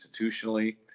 institutionally